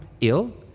ill